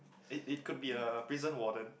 it it could be a prison warden